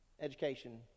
education